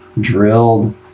drilled